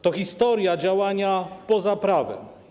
To historia działania poza prawem.